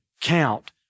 count